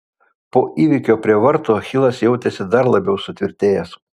po įvykio prie vartų achilas jautėsi dar labiau sutvirtėjęs